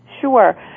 Sure